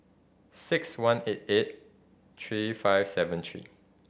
six one eight eight three five seven three